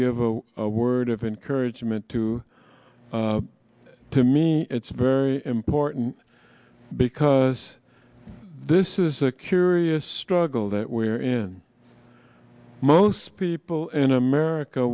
give a word of encouragement to to me it's very important because this is a curious struggle that we're in most people in america